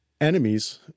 enemies